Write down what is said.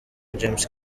james